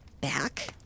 back